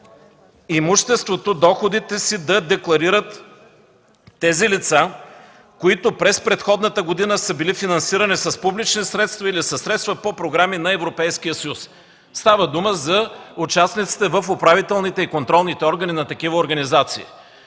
имуществото, доходите си да декларират лицата, които през предходната година са били финансирани с публични средства или със средства по програми на Европейския съюз. Става дума за участниците в управителните и контролните органи на такива организации.